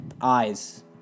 eyes